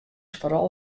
foaral